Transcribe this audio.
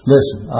Listen